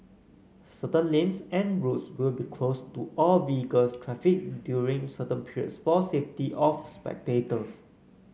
certain lanes and roads will be closed to all vehicles traffic during certain periods for safety of spectators